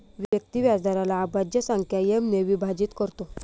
व्यक्ती व्याजदराला अभाज्य संख्या एम ने विभाजित करतो